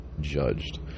judged